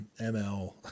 ml